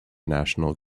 national